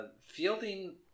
fielding